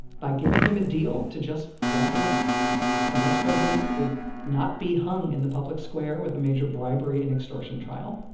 by giving him a deal to just walk away the vice president would not be hung in the public square with a major bribery and extortion trial.